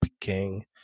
king